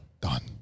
done